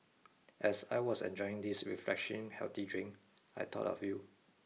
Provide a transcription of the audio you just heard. as I was enjoying this refreshing healthy drink I thought of you